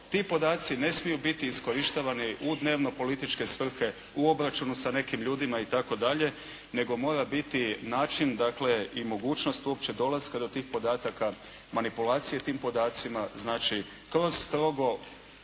ti podaci ne smiju biti iskorištavani u dnevnopolitičke svrhe, u obračunu sa nekim ljudima itd. nego mora biti način dakle i mogućnost uopće dolaska do tih podataka, manipulacije tim podacima. Znači kroz strogo